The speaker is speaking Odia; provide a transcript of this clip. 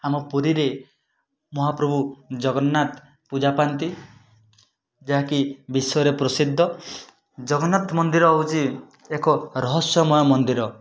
ଆମ ପୁରୀରେ ମହାପ୍ରଭୁ ଜଗନ୍ନାଥ ପୂଜା ପାଆନ୍ତି ଯାହାକି ବିଶ୍ୱରେ ପ୍ରସିଦ୍ଧ ଜଗନ୍ନାଥ ମନ୍ଦିର ହଉଛି ଏକ ରହସ୍ୟମୟ ମନ୍ଦିର